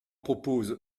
propose